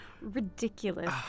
ridiculous